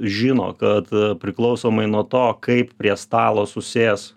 žino kad priklausomai nuo to kaip prie stalo susės